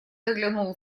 заглянул